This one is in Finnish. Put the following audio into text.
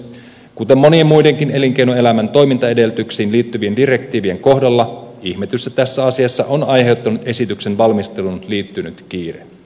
kuten monien muidenkin elinkeinoelämän toimintaedellytyksiin liittyvien direktiivien kohdalla ihmetystä tässä asiassa on aiheuttanut esityksen valmisteluun liittynyt kiire